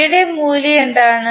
C യുടെ മൂല്യം എന്താണ്